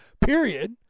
period